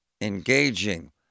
engaging